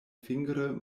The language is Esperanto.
fingre